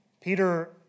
Peter